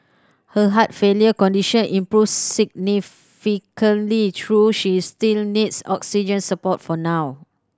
her heart failure condition improved significantly though she still needs oxygen support for now